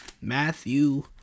Matthew